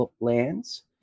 lands